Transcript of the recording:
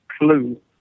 clue